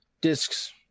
discs